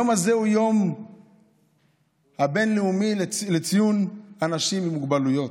היום הזה הוא היום הבין-לאומי לציון אנשים עם מוגבלויות.